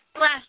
last